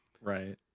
Right